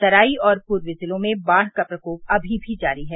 तराई और पूर्वी जिलों में बाढ़ का प्रकोप अमी भी जारी है